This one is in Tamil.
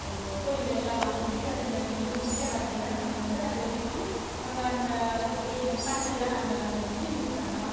கோழிகள் எல்லாம் வாங்கி அதில் வந்து முட்டை வரதெல்லாம் நாம் வந்து அதை விற்று நம்ம அந்த அந்த ஷேவிங் பணத்தெலாம் நம்ம அதை வந்து யூஸ் பண்ணலாம்